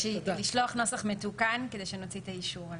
רק לשלוח נוסח מתוקן כדי שנוציא את האישור עליו,